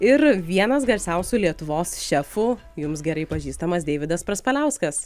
ir vienas garsiausių lietuvos šefų jums gerai pažįstamas deividas praspaliauskas